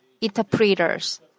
interpreters